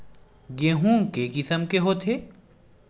गेहूं के किसम के होथे?